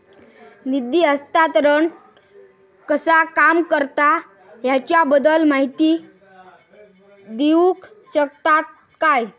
निधी हस्तांतरण कसा काम करता ह्याच्या बद्दल माहिती दिउक शकतात काय?